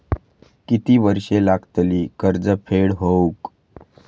किती वर्षे लागतली कर्ज फेड होऊक?